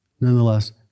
nonetheless